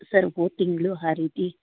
sir ಹೋದ ತಿಂಗಳಯ ಆ ರೀತಿ